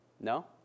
No